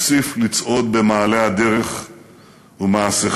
נוסיף לצעוד במעלה הדרך ומעשיכם